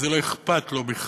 כי זה לא אכפת לו בכלל.